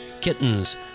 kittens